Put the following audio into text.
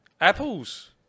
Apples